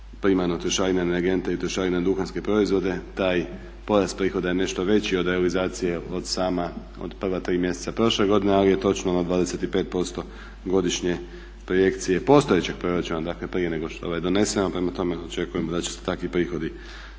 primarno trošarine na energente i trošarine na duhanske proizvode taj porast prihoda je nešto veći od realizacije od prva tri mjeseca prošle godine, ali je točno na 25% godišnje projekcije postojećeg proračuna. Dakle prije nego što je ovaj donesen. Prema tome, očekujem da će se takvi prihodi,